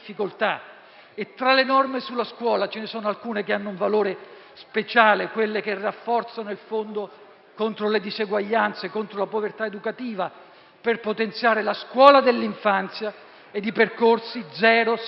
Tra le norme sulla scuola ce ne sono alcune che hanno un valore speciale, ovvero quelle che rafforzano il Fondo contro le diseguaglianze e per il contrasto alla povertà educativa, per potenziare la scuola dell'infanzia e per i percorsi da